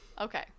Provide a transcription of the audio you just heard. Okay